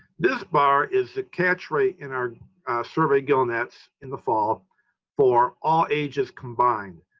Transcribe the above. this bar is a catch rate in our survey gillnets in the fall for all ages combined.